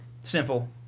Simple